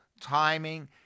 timing